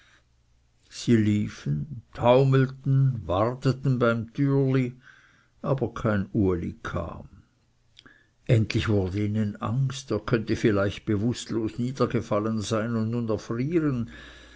sie liefen taumelten warteten beim türli aber kein uli kam endlich wurde ihnen angst er konnte vielleicht bewußtlos niedergefallen sein und nun erfrieren